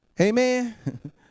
Amen